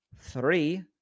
Three